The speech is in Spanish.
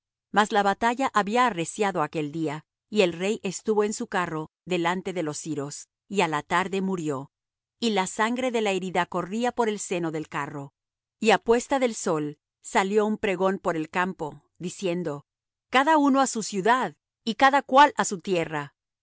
mas la batalla había arreciado aquel día y el rey estuvo en su carro delante de los siros y á la tarde murió y la sangre de la herida corría por el seno del carro y á puesta del sol salió un pregón por el campo diciendo cada uno á su ciudad y cada cual á su tierra